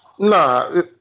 Nah